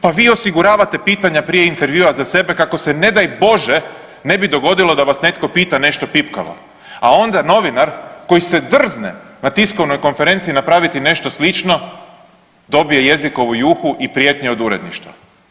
Pa vi osiguravate pitanja prije intervjua za sebe kako se ne daj bože ne bi dogodilo da vas netko pita nešto pipkavo a onda novinar koji se drzne na tiskovnoj konferenciji napraviti nešto slično, dobije jezikovu juhu i prijetnje od uredništva.